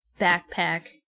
backpack